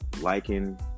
liking